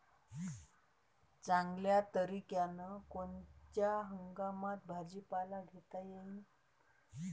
चांगल्या तरीक्यानं कोनच्या हंगामात भाजीपाला घेता येईन?